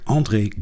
André